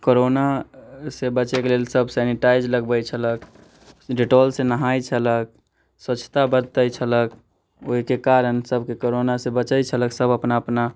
corona से बचैके लेल सब सेनिटाइज लगबै छलक डिटोल से नहाय छलक स्वच्छता बरतै छलक ओहिके कारण सबके कोरोना से बचैत छलक सब अपना अपना